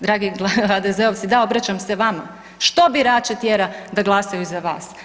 Dragi HDZ-ovci da obraćam se vama, što birače tjera da glasaju za vas?